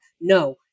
No